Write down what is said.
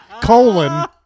Colon